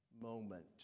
moment